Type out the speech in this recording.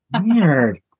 Weird